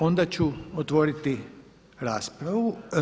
Onda ću otvoriti raspravu.